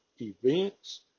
events